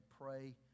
pray